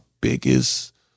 biggest